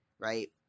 right